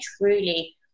truly